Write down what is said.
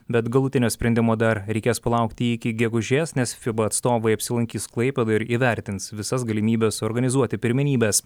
bet galutinio sprendimo dar reikės palaukti iki gegužės nes fiba atstovai apsilankys klaipėdoje ir įvertins visas galimybes suorganizuoti pirmenybes